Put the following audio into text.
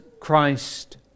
Christ